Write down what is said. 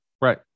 Right